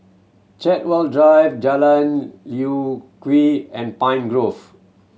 Chartwell Drive Jalan Lye Kwee and Pine Grove